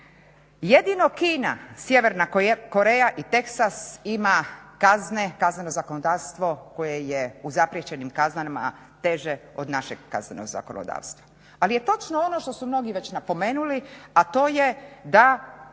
Jedino Kina, Sjeverna Koreja i Teksas ima kazneno zakonodavstvo koje je u zapriječenim kaznama teže od našeg kaznenog zakonodavstva. Ali je točno ono što su mnogi već napomenuli, a to je da